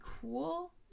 cool